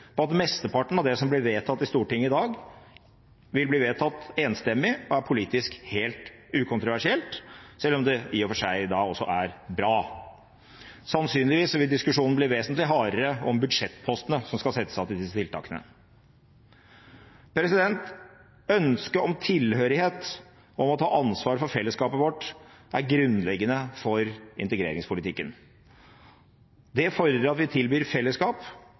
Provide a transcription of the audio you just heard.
på at mesteparten av det som blir vedtatt i Stortinget i dag, vil bli vedtatt enstemmig og er politisk helt ukontroversielt, selv om det i og for seg også er bra. Sannsynligvis vil diskusjonen bli vesentlig hardere om budsjettpostene som skal settes av til disse tiltakene. Ønsket om tilhørighet, om å ta ansvar for fellesskapet vårt, er grunnleggende for integreringspolitikken. Det fordrer at vi tilbyr fellesskap,